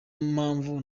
mpamvu